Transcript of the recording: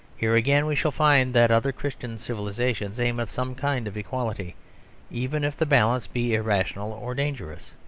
here again we shall find that other christian civilisations aim at some kind of equality even if the balance be irrational or dangerous.